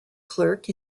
clerk